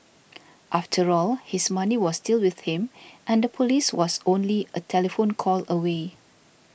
after all his money was still with him and the police was only a telephone call away